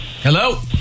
hello